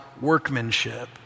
workmanship